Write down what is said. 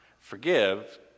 forgive